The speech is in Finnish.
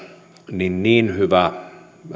niin niin hyvä